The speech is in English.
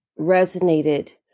resonated